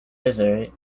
river